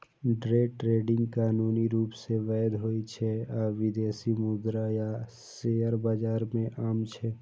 day trading कानूनी रूप सं वैध होइ छै आ विदेशी मुद्रा आ शेयर बाजार मे आम छै